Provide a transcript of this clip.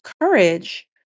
courage